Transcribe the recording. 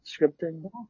scripting